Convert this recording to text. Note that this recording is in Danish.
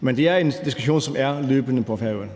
Men det er en diskussion, som er løbende på Færøerne.